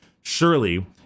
surely